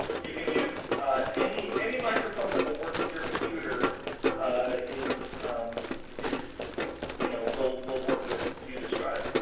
you can use any any microphone that will work with your computer is um is you know, will will work with youdescribe.